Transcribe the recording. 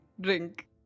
Drink